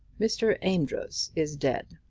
mr. amedroz is dead.